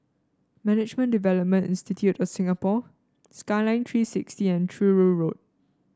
Management Development Institute of Singapore Skyline Three sixty and Truro Road